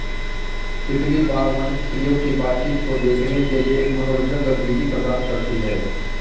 तितली बागवानी, तितलियों की बातचीत को देखने के लिए एक मनोरंजक गतिविधि प्रदान करती है